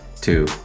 two